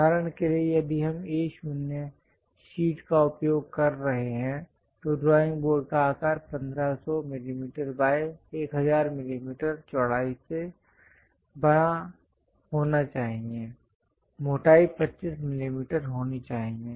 उदाहरण के लिए यदि हम A0 शीट का उपयोग कर रहे हैं तो ड्राइंग बोर्ड का आकार 1500 मिमी बाय 1000 मिमी चौड़ाई से बड़ा होना चाहिए मोटाई 25 मिलीमीटर होनी चाहिए